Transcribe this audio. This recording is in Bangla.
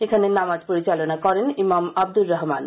এখানে নামাজ পরিচলনা করেন ইমাম আব্দুর রহমান